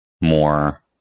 more